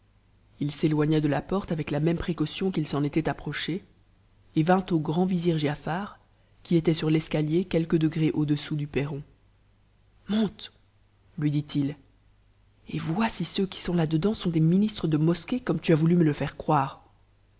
paru s'éloigna de la porte ave la même précaution qu'il s'en était approché et vint au grand vizir giafar qui était sur l'escalier quelques degrés au-dessous du perron monte lui dit-il et vois si ceux qui sont là-dedans sont des ministres de mosquée comme tu as voulu me le faire croire